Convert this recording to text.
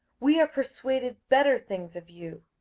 we are persuaded better things of you,